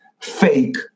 fake